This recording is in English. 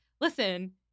listen